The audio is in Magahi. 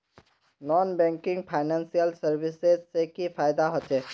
नॉन बैंकिंग फाइनेंशियल सर्विसेज से की फायदा होचे?